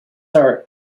are